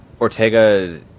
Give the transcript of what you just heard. Ortega